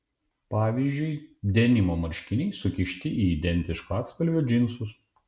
pavyzdžiui denimo marškiniai sukišti į identiško atspalvio džinsus